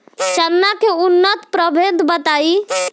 चना के उन्नत प्रभेद बताई?